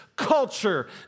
culture